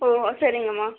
ஓ ஓ சரிங்கம்மா